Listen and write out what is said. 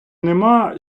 нема